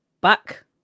back